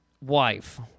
wife